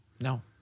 No